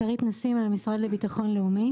אני מהמשרד לביטחון לאומי.